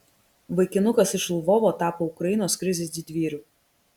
vaikinukas iš lvovo tapo ukrainos krizės didvyriu